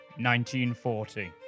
1940